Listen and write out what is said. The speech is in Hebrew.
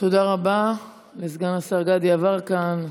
תודה רבה לסגן השר גדי יברקן.